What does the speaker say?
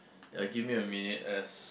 ya give me a minute as